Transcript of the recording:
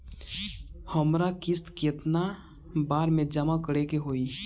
हमरा किस्त केतना बार में जमा करे के होई?